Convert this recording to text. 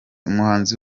umuhanzi